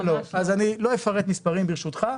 אז אני לא אפרט מספרים, ברשותך.